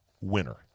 winner